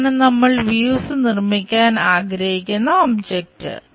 ഇതാണ് നമ്മൾ വ്യൂസ് നിർമ്മിക്കാൻ ആഗ്രഹിക്കുന്ന ഒബ്ജക്റ്റ്